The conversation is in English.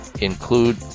include